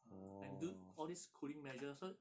ah and do all this cooling measures so